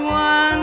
one